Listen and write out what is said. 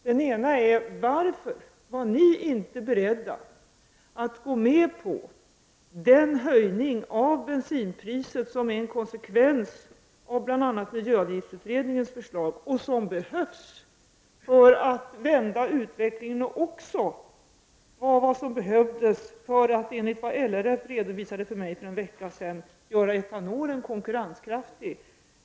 Den första frågan är: Varför var ni inte beredda att gå med på den höjning av bensinpriset som är en konsekvens av bl.a. miljöavgiftsutredningens förslag och som behövs för att vända utvecklingen och också var det som behövdes för att — enligt vad LRF redovisade för mig för en vecka sedan — göra etanolen konkurrenskraftig?